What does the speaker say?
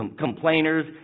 complainers